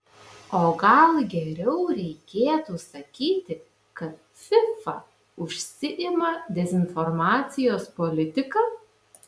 o gal geriau reikėtų sakyti kad fifa užsiima dezinformacijos politika